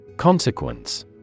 Consequence